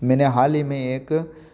मैंने हाल ही में एक